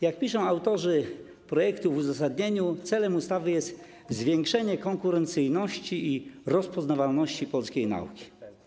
Jak piszą autorzy projektu w uzasadnieniu, celem ustawy jest zwiększenie konkurencyjności i rozpoznawalności polskiej nauki.